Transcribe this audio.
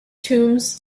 tombs